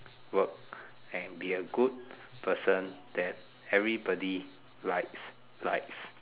work and be a good person that everybody likes likes